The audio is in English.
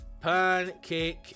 Pancake